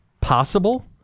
possible